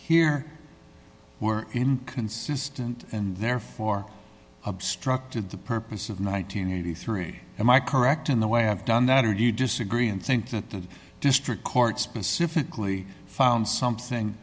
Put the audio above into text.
here were inconsistent and therefore obstructed the purpose of nine hundred and eighty three dollars am i correct in the way i've done that or do you disagree and think that the district court specifically found something